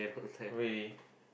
oh really